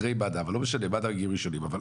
אחרי מד"א, מד"א או הצלה יגיעו ראשונים, אבל